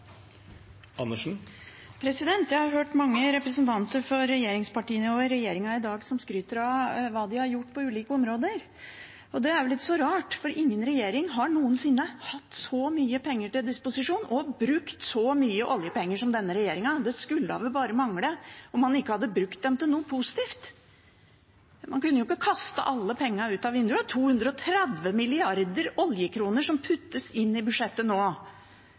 så rart, for ingen regjering har noensinne hatt så mye penger til disposisjon og brukt så mye oljepenger som denne regjeringen. Det skulle bare mangle om man ikke hadde brukt dem til noe positivt. Man kunne ikke kastet alle pengene ut av vinduet. 230 mrd. oljekroner puttes inn i budsjettet nå,